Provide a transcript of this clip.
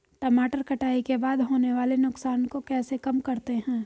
टमाटर कटाई के बाद होने वाले नुकसान को कैसे कम करते हैं?